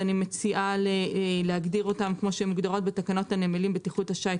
לכן אני מציעה להגדיר כפי שהם מוגדרים בתקנות הנמלים (בטיחות השיט),